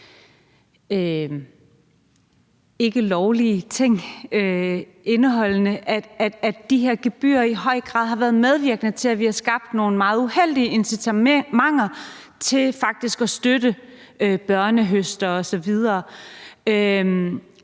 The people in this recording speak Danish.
ikkelovlige ting, at de her gebyrer i høj grad har været medvirkende til, at vi har skabt nogle meget uheldige incitamenter til faktisk at støtte børnehøstere osv.